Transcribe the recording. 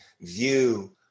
view